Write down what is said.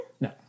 No